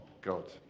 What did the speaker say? God